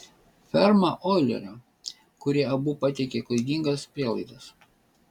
ferma oilerio kurie abu pateikė klaidingas prielaidas